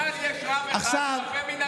בצה"ל יש רב אחד והרבה מנהגים.